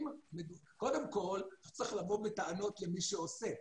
קודם כל לא צריך לבוא בטענות למי שעושה,